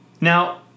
Now